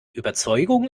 überzeugung